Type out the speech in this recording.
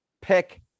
pick